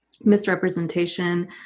misrepresentation